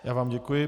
Já vám děkuji.